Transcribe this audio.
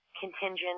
contingent